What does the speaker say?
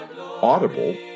Audible